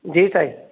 जी साईं